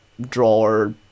drawer